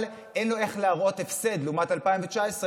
אבל אין לו איך להראות הפסד לעומת 2019,